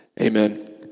Amen